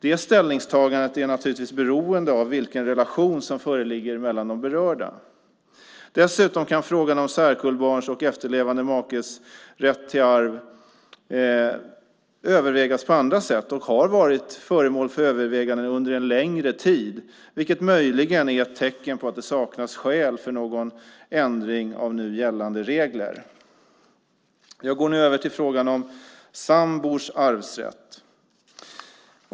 Det ställningstagandet är naturligtvis beroende av vilken relation som föreligger mellan de berörda. Dessutom kan frågan om särkullbarns och efterlevande makes rätt till arv övervägas på andra sätt, och har varit föremål för övervägande under en längre tid, vilket möjligen är ett tecken på att det saknas skäl för någon ändring av nu gällande regler. Jag går nu över till frågan om sambors arvsrätt.